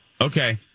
Okay